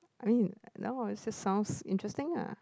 I mean no it just sounds interesting lah